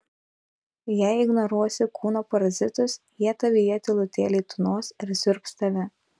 jei ignoruosi kūno parazitus jie tavyje tylutėliai tūnos ir siurbs tave